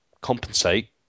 compensate